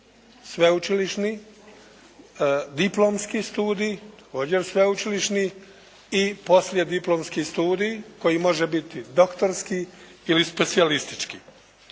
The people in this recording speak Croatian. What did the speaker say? sveučilišni studij, diplomski studij, također sveučilišni i poslijediplomski studij koji može biti doktorski ili specijalistički.